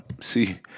see